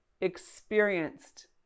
experienced